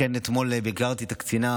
כמו כן אתמול ביקרתי בתל השומר את הקצינה,